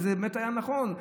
וזה באמת היה נכון.